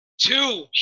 two